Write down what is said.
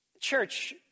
Church